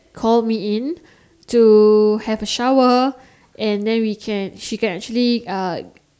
called me in to have a shower and then we can she can actually uh